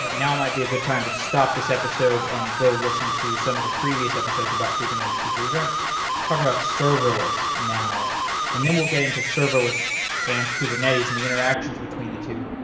now might be a good time to stop this episode and go listen to some of the previous episodes about kubernetes, because we're going to talk about serverless now and then we'll get into serverless and kubernetes and the interactions between the two.